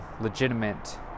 legitimate